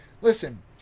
listen